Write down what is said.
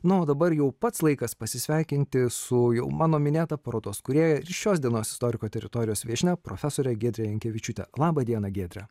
na o dabar jau pats laikas pasisveikinti su jau mano minėta parodos kūrėja ir šios dienos istoriko teritorijos viešnia profesore giedre jankevičiūte laba dienagiedre